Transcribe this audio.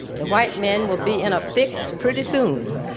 the white men will be in a fix pretty soon.